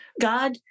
God